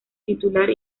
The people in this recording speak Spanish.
titular